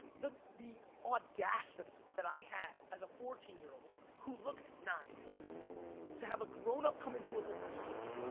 the the audacity that i had as a fourteen year old who looked nine to have a grownup come into a liquor store,